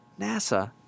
NASA